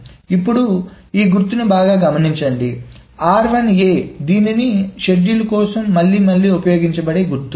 ఇప్పుడు ఈ గుర్తును బాగా గమనించండి దీనిని షెడ్యూల్ కోసం మళ్లీ మళ్లీ ఉపయోగించబడే గుర్తు